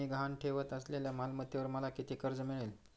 मी गहाण ठेवत असलेल्या मालमत्तेवर मला किती कर्ज मिळेल?